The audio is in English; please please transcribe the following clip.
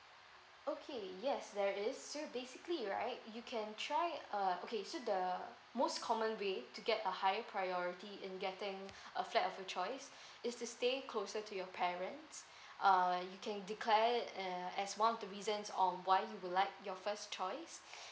okay yes there is so basically right you can try uh okay so the most common way to get a higher priority in getting a flat of your choice is to stay closer to your parents uh you can declare it eh as one of the reasons on why you would like your first choice